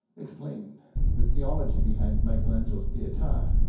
explain the theology behind michelangelo's pieta,